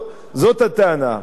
זאת הטענה.